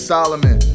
Solomon